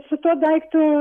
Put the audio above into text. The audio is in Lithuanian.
su tuo daiktu